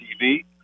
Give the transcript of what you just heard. TV